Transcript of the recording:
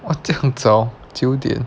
!wah! 这样早九点